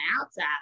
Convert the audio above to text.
outside